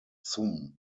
zum